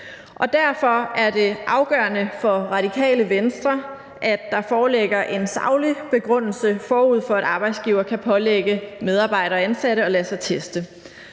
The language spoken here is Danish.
Derfor er det afgørende for Radikale Venstre, at der forligger en saglig begrundelse, forud for at arbejdsgivere kan pålægge medarbejdere og ansatte at lade sig teste.